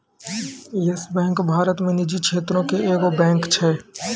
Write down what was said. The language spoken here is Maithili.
यस बैंक भारत मे निजी क्षेत्रो के एगो बैंक छै